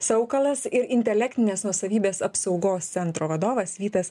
saukalas ir intelektinės nuosavybės apsaugos centro vadovas vytas